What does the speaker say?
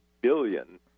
billion